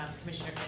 Commissioner